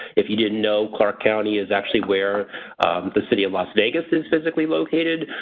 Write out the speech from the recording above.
if you didn't know clark county is actually where the city of las vegas is physically located.